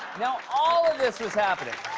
now, all of this was happening